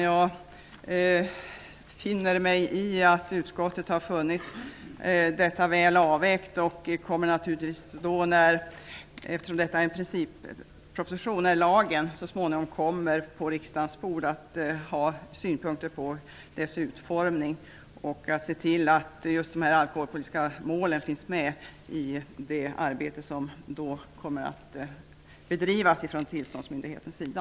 Jag finner mig i att utskottet har funnit detta väl avvägt och kommer naturligtvis, när förslaget till lagen så småningom kommer till riksdagen, att ha synpunkter på lagens utformning och se till att de alkoholpolitiska målen finns med i det arbete som då kommer att bedrivas från tillståndsmyndighetens sida.